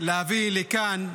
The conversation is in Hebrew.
אני אתייחס לגופו של החוק.